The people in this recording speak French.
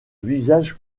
visage